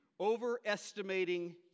Overestimating